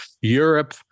Europe